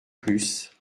plus